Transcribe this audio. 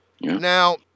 Now